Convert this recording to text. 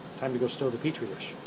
time to go store the petri dish.